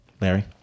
Larry